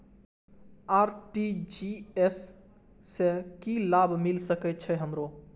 RTGS से की लाभ मिल सके छे हमरो?